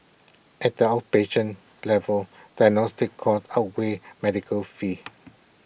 at the outpatient level diagnostic costs outweighed medical fees